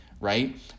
Right